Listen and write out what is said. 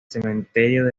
cementerio